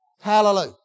Hallelujah